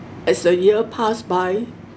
as the year passed by